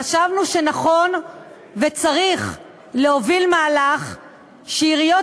חשבנו שנכון וצריך להוביל מהלך שעיריות